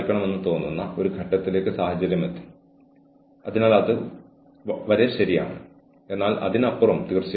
അതിനാൽ പരിശോധനാ ഫലങ്ങളുടെ രഹസ്യസ്വഭാവം പ്രശ്നത്തിന്റെ രഹസ്യാത്മകത എന്തുവിലകൊടുത്തും നിലനിർത്തണം